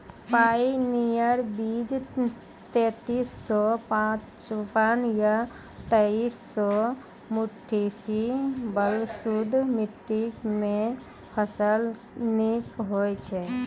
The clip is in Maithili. पायोनियर बीज तेंतीस सौ पचपन या तेंतीस सौ अट्ठासी बलधुस मिट्टी मे फसल निक होई छै?